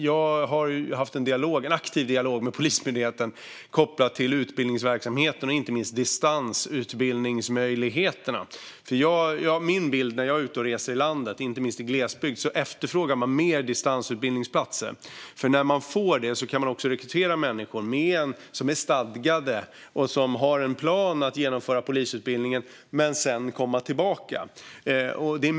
Jag har haft en aktiv dialog med Polismyndigheten kopplad till utbildningsverksamheten och inte minst distansutbildningsmöjligheterna. Min bild när jag är ute och reser i landet, inte minst i glesbygd, är att man efterfrågar mer distansutbildningsplatser, för då kan man rekrytera människor som är stadgade och som har en plan att genomföra polisutbildningen men sedan komma tillbaka.